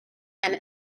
and